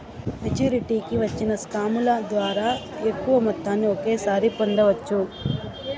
మెచ్చురిటీకి వచ్చిన స్కాముల ద్వారా ఎక్కువ మొత్తాన్ని ఒకేసారి పొందవచ్చు